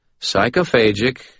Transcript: Psychophagic